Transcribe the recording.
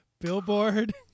Billboard